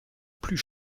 plus